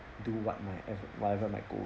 do what my whatever might go